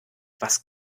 was